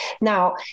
Now